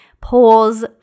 pause